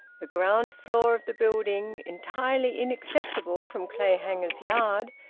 the ground-floor of the building, entirely inaccessible from clayhanger's yard,